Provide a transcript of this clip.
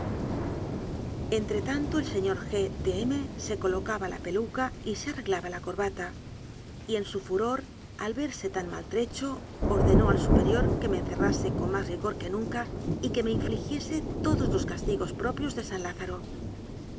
presa entretanto el señor g de m se colocaba la peluca y se arreglaba la corbata y en su furor al verse tan maltrecho ordenó al superior que me encerrase con más rigor que nunca y que me in fligiese todos los castigos propios de san lázaro